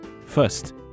First